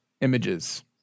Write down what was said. Images